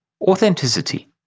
Authenticity